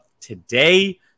today